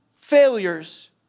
failures